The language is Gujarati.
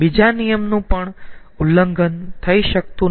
બીજા નિયમનું પણ ઉલ્લંઘન થઈ શકતું નથી